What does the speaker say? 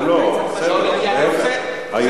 אני